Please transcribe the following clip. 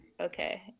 okay